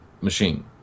machine